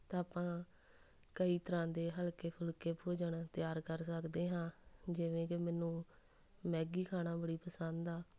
ਤਾਂ ਆਪਾਂ ਕਈ ਤਰ੍ਹਾਂ ਦੇ ਹਲਕੇ ਫੁਲਕੇ ਭੋਜਨ ਤਿਆਰ ਕਰ ਸਕਦੇ ਹਾਂ ਜਿਵੇਂ ਕਿ ਮੈਨੂੰ ਮੈਗੀ ਖਾਣਾ ਬੜੀ ਪਸੰਦ ਆ